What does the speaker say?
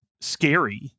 scary